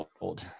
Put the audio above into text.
old